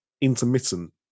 intermittent